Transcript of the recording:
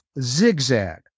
zigzag